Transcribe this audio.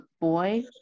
boy